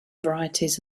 varieties